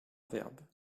verbe